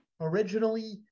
Originally